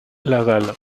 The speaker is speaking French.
laval